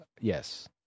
Yes